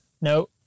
No